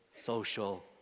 social